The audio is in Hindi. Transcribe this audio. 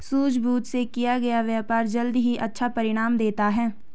सूझबूझ से किया गया व्यापार जल्द ही अच्छा परिणाम देता है